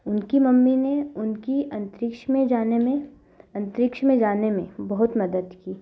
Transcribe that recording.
उनकी मम्मी ने उनकी अंतरिक्ष में जाने में अंतरिक्ष में जाने में बहुत मदद की